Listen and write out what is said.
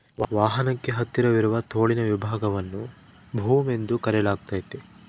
ವಾಹನಕ್ಕೆ ಹತ್ತಿರವಿರುವ ತೋಳಿನ ವಿಭಾಗವನ್ನು ಬೂಮ್ ಎಂದು ಕರೆಯಲಾಗ್ತತೆ